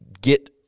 get